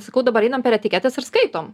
sakau dabar einam per etiketes ir skaitom